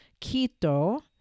Quito